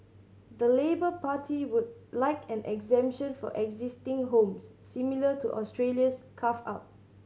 the Labour Party would like an exemption for existing homes similar to Australia's carve out